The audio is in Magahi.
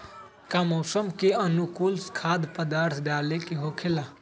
का मौसम के अनुकूल खाद्य पदार्थ डाले के होखेला?